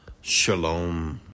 Shalom